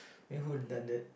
then who attended